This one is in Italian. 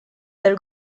del